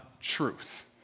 truth